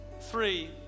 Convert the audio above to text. three